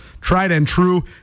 tried-and-true